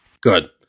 Good